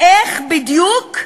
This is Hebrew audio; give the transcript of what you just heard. איך בדיוק,